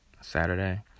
Saturday